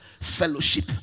fellowship